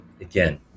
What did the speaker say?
Again